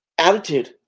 attitude